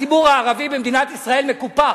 הציבור הערבי במדינת ישראל מקופח.